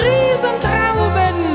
Riesentrauben